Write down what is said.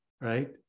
right